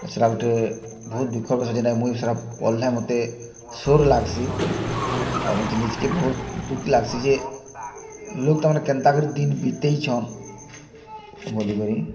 ସେରା ଗୁଟେ ବହୁତ୍ ଦୁଃଖର୍ କଥା ଯେନ୍ଟାକି ସେରା ମୁଇଁ ପଢ଼୍ଲେ ମତେ ସୁର୍ ଲାଗ୍ସି ଆଉ ମତେ ନିଜ୍କେ ବହୁତ୍ ଦୁଃଖ୍ ଲାଗ୍ସି ଯେ ଲୁକ୍ ତା' ମାନେ କେନ୍ତା କରି ଦିନ୍ ବିତେଇଛନ୍ ବୋଲିକରି